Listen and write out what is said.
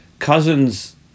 Cousins